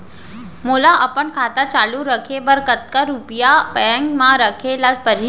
मोला अपन खाता चालू रखे बर कतका रुपिया बैंक म रखे ला परही?